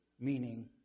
Meaning